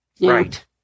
Right